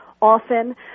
often